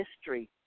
history